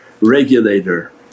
regulator